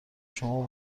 شما